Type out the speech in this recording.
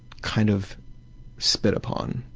kind of spit upon,